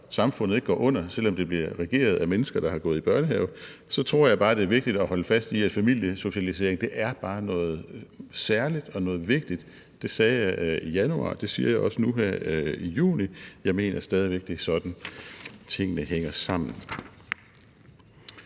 samfundet ikke går under, selv om det bliver regeret af mennesker, der har gået i børnehave, så tror jeg bare, at det er vigtigt at holde fast i, at familiesocialisering bare er noget særligt og noget vigtigt. Det sagde jeg i januar, det siger jeg også nu her i juni, og jeg mener stadig væk, det er sådan, tingene hænger sammen.